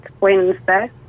Wednesday